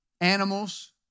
animals